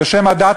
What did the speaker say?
בשם הדת